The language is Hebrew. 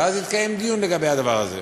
ואז יתקיים דיון על הדבר הזה.